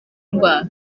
ndwara